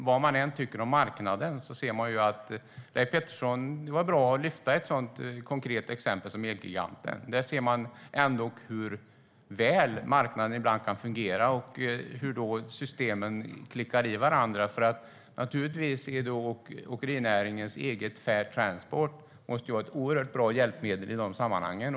Vad man än tycker om marknaden var det bra att lyfta fram ett konkret exempel som Elgiganten. Där ser man ändock hur väl marknaden kan fungera ibland när systemen klickar i varandra. Åkerinäringens eget Fair Transport måste naturligtvis vara ett oerhört bra hjälpmedel i de sammanhangen.